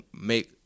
make